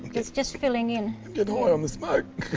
it's just filling in. get high on the smoke.